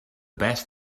best